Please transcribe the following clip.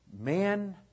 man